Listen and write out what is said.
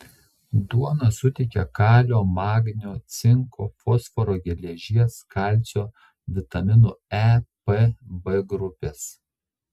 duona suteikia kalio magnio cinko fosforo geležies kalcio vitaminų e p b grupės